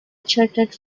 chartered